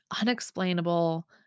unexplainable